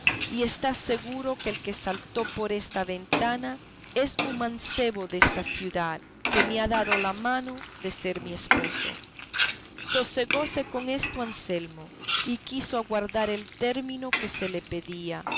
y está seguro que el que saltó por esta ventana es un mancebo desta ciudad que me ha dado la mano de ser mi esposo sosegóse con esto anselmo y quiso aguardar el término que se le pedía